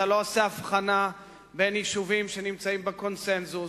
אתה לא עושה הבחנה בין יישובים שנמצאים בקונסנזוס,